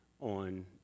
on